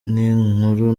n’inkuru